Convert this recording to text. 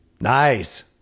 Nice